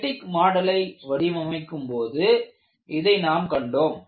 பெட்டிக் மாடலை வடிவமைக்கும்போது இதை நாம் கண்டோம்